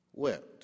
wept